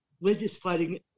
legislating